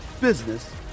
business